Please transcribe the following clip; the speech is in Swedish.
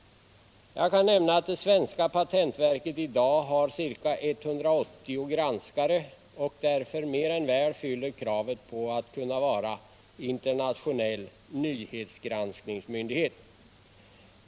Jag kan nämna att det svenska patentverket i dag har ca 180 granskare och därför mer än väl fyller kravet på att kunna vara internationell nyhetsgranskningsmyndighet.